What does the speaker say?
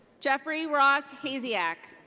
jeffrey ross hasiak.